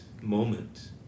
moment